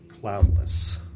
cloudless